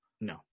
No